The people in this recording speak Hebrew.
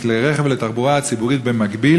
לכלי רכב ולתחבורה ציבורית במקביל,